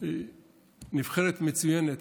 היא נבחרת מצוינת.